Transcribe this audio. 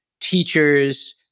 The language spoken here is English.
teachers